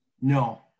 No